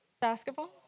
Basketball